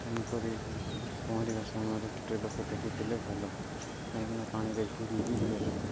ତେଣୁକରି ପହଁରିବା ସମୟରେ ଗୋଟେ ଲୋକ ଦେଖୁଥିଲେ ଭଲ କାହିଁକିନା ପାଣିରେ ବୁଡ଼ି ବି ହୁଏ